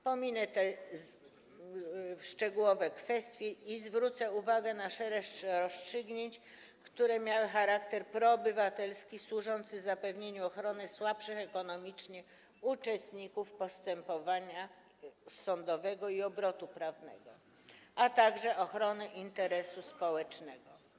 Pominę te szczegółowe kwestie i zwrócę uwagę na szereg rozstrzygnięć, które miały charakter proobywatelski, służący zapewnieniu ochrony słabszych ekonomicznie uczestników postępowania sądowego i obrotu prawnego, a także ochrony interesu społecznego.